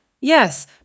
Yes